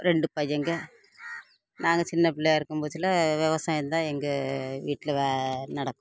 ரெண்டு பையங்க நாங்கள் சின்ன பிள்ளையா இருக்கும் வயசில் விவசாயம் தான் எங்கள் வீட்டில் நடக்கும்